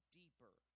deeper